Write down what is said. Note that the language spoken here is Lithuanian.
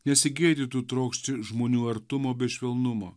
nesigėdytų trokšti žmonių artumo bei švelnumo